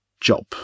job